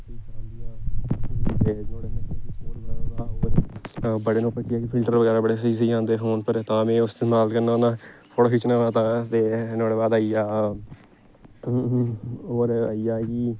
feature बडे़ स्हेई स्हेई आंदे फोन उप्पर तां में उसी इस्तेमाल करना होन्ना फोटो खिचच्चना होऐ ते तां न्हाड़े बाद आई गेआ और आई गेआ कि